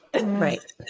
Right